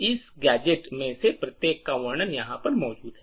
इन gadgets में से प्रत्येक का वर्णन यहां पर मौजूद है